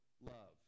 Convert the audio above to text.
love